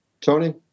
Tony